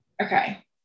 Okay